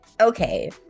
Okay